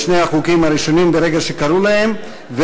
שני החוקים הראשונים ברגע שקראו להם,